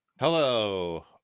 Hello